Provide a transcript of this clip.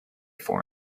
for